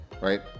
Right